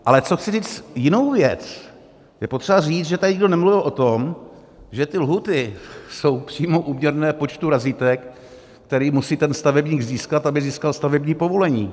Ale co chci říct, jinou věc: Je potřeba říct, že tady nikdo nemluvil o tom, že ty lhůty jsou přímo úměrné počtu razítek, které musí stavebník získat, aby získal stavební povolení.